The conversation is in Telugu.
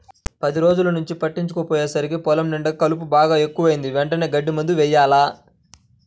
పది రోజుల్నుంచి పట్టించుకోకపొయ్యేసరికి పొలం నిండా కలుపు బాగా ఎక్కువైంది, వెంటనే గడ్డి మందు యెయ్యాల